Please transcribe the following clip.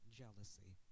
jealousy